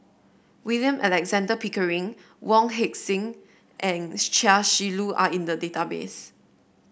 William Alexander Pickering Wong Heck Sing and Chia Shi Lu are in the database